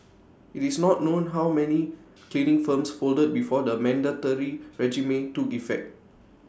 IT is not known how many cleaning firms folded before the mandatory regime took effect